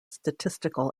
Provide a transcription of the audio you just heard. statistical